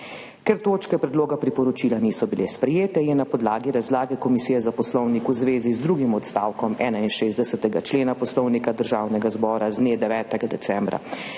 Ker točke predloga priporočila niso bile sprejete, je na podlagi razlage Komisije za poslovnik v zvezi z drugim odstavkom 61. člena Poslovnika Državnega zbora z dne 9. decembra